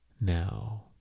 now